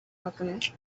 alchemist